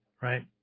right